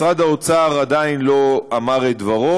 משרד האוצר עדיין לא אמר את דברו,